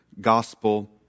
gospel